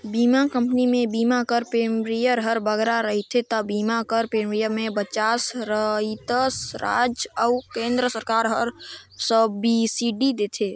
बीमा कंपनी में बीमा कर प्रीमियम हर बगरा रहथे ता बीमा कर प्रीमियम में पचास परतिसत राएज अउ केन्द्र सरकार हर सब्सिडी देथे